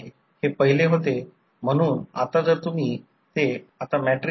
आणि त्याचप्रमाणे R L 1 K 2 R L आणि X L1 K 2 X L म्हणजे प्रायमरी लोड पॅरामीटर्स